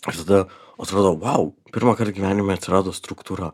aš tada atrodo vau pirmąkart gyvenime atsirado struktūra